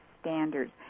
standards